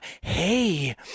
Hey